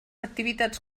activitats